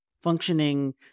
functioning